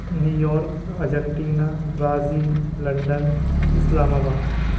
new York Argentina Brazil London اسلام آباد